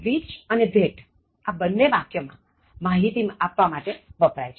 Which અને that બન્ને વાક્યમાં માહિતી આપવા માટે વપરાય છે